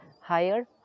higher